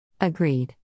Agreed